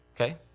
Okay